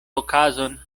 okazon